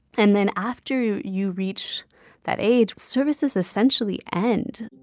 and then after you you reach that age, services essentially end